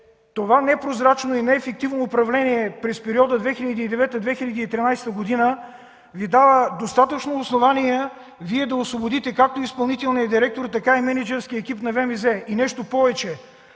това непрозрачно и неефективно управление през периода 2009-2013 г. Ви дава достатъчно основание Вие да освободите както изпълнителния директор, така и мениджърския екип на ВМЗ. Нещо повече